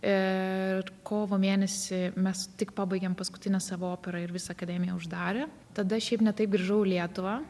ir kovo mėnesį mes tik pabaigėm paskutinę savo operą ir visą akademiją uždarė tada šiaip ne taip grįžau į lietuvą